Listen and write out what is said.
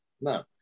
No